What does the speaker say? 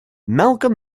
malcolm